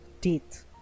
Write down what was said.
teeth